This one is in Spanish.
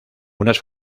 unas